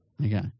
Okay